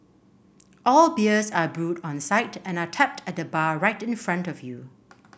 all beers are brewed on site and are tapped at the bar right in front of you